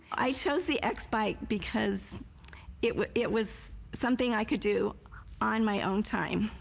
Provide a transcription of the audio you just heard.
i chose the x-bike because it was it was something i could do on my own time,